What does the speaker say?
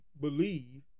believe